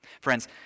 Friends